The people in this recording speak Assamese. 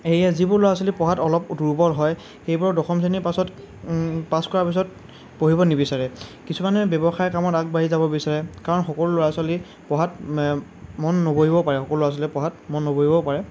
সেয়ে যিবোৰ ল'ৰা ছোৱালী পঢ়াত অলপ দুৰ্বল হয় সেইবোৰৰ দশম শ্ৰেণীৰ পাছত পাছ কৰাৰ পিছত পঢ়িব নিবিচাৰে কিছুমানে ব্যৱসায় কামত আগবাঢ়ি যাব বিচাৰে কাৰণ সকলো ল'ৰা ছোৱালী পঢ়াত মন নবহিব পাৰে সকলো ল'ৰা ছোৱালীৰে পঢ়াত মন নবহিবও পাৰে